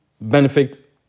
benefit